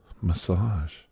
massage